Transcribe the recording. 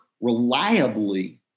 reliably